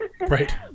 Right